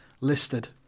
listed